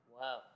Wow